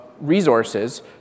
resources